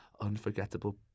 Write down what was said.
unforgettable